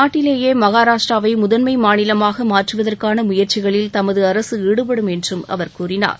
நாட்டிலேயே மஹாராஷ்ட்ராவை முதன்மை மாநிலமாக மாற்றுவதற்கான முயற்சிகளில் தமது அரசு ஈடுபடும் என்று அவர் கூறினார்